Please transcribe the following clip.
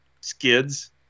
skids